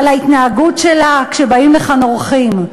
על ההתנהגות שלה כשבאים לכאן אורחים,